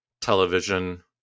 television